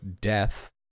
death